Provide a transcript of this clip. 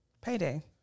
Payday